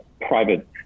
private